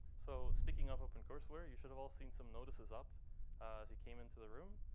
so speaking of opencourseware, you should have all seen some notices up as you came into the room.